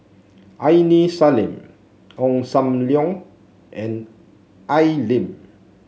Aini Salim Ong Sam Leong and Al Lim